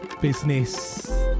business